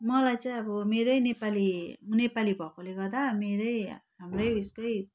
मलाई चाहिँ अब मेरै नेपाली नेपाली भएकोले गर्दा मेरै हाम्रै उएसकै